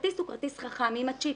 הכרטיס הוא כרטיס חכם עם הצ'יפ.